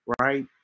right